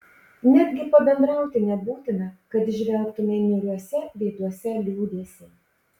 netgi pabendrauti nebūtina kad įžvelgtumei niūriuose veiduose liūdesį